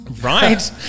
Right